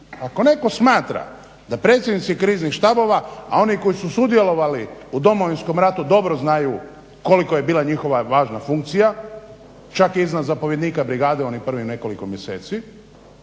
Ako netko smatra da predsjednici kriznih štabova, a oni koji su sudjelovali u Domovinskom ratu dobro znaju koliko je bila njihova važna funkcija čak i izvan zapovjednika brigade u onih prvih nekoliko mjeseci